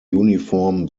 uniform